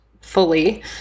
fully